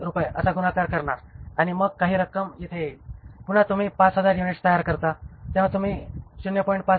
5 पैसे असा गुणाकार करणार आणि मग काही रक्कम येथे येईल पुन्हा तुम्ही 5000 युनिट्स तयार करता तेव्हा तुम्ही 0